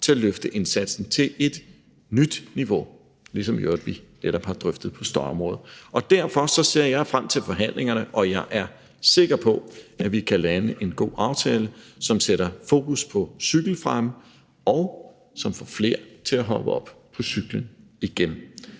til at løfte indsatsen til et nyt niveau, ligesom vi jo netop lige har drøftet i forhold til støjområdet. Derfor ser jeg frem til forhandlingerne, og jeg er sikker på, at vi kan lande en god aftale, som sætter fokus på cykelfremme, og som får flere til at hoppe op på cyklen igen.